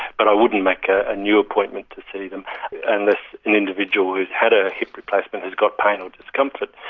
but i wouldn't make a a new appointment to see them and unless an individual who's had a hip replacement has got pain or discomfort,